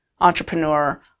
entrepreneur